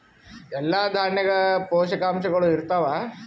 ಎಲ್ಲಾ ದಾಣ್ಯಾಗ ಪೋಷಕಾಂಶಗಳು ಇರತ್ತಾವ?